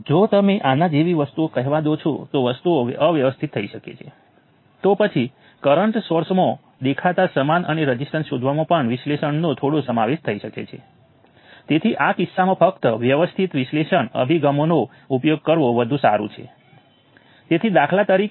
જ્યારે હું V1 કહું છું તે આના સંદર્ભમાં છે તે આ નોડ અને આ રેફરન્સ નોડ વચ્ચેનો વોલ્ટેજ છે કેટલીકવાર રેફરન્સ નોડને ગ્રાઉન્ડ નોડ તરીકે પણ ઓળખવામાં આવે છે